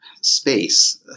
space